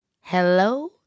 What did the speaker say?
Hello